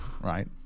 Right